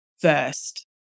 first